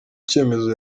cyemezo